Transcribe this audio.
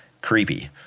Creepy